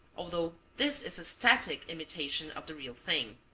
although this is a static imitation of the real thing.